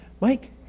Mike